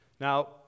Now